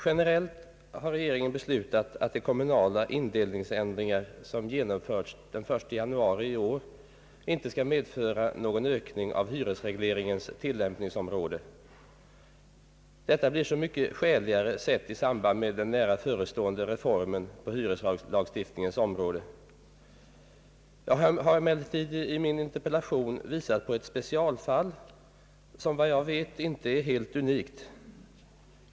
Generellt har regeringen beslutat, att de kommunala indelningsändringar, som genomförts den 1 januari i år, inte skall medföra någon ökning av hyresregleringens tillämpningsområde. Detta blir så mycket skäligare sett i samband med den nära förestående reformen på hyreslagstiftningens område. Jag har emellertid i min interpellation visat på ett specialfall, som enligt vad jag vet inte är helt unikt.